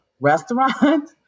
restaurant